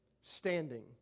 standing